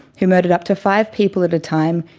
who murdered up to five people at a time,